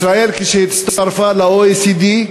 ישראל, כשהצטרפה ל-OECD,